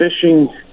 fishing